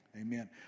Amen